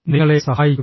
നിങ്ങളെ സഹായിക്കുക